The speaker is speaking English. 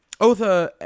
Otha